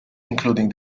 including